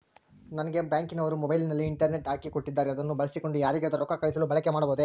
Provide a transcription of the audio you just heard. ನಂಗೆ ಬ್ಯಾಂಕಿನವರು ಮೊಬೈಲಿನಲ್ಲಿ ಇಂಟರ್ನೆಟ್ ಹಾಕಿ ಕೊಟ್ಟಿದ್ದಾರೆ ಅದನ್ನು ಬಳಸಿಕೊಂಡು ಯಾರಿಗಾದರೂ ರೊಕ್ಕ ಕಳುಹಿಸಲು ಬಳಕೆ ಮಾಡಬಹುದೇ?